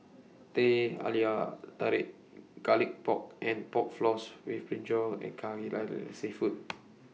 Teh Halia Tarik Garlic Pork and Pork Floss with Brinjal and Kai Lan Seafood